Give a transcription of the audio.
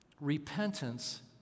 repentance